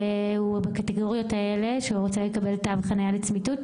הוא בקטגוריות האלה ורוצה לקבל תו חניה לצמיתות,